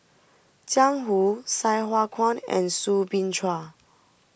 Jiang Hu Sai Hua Kuan and Soo Bin Chua